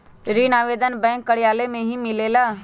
ऋण आवेदन बैंक कार्यालय मे ही मिलेला?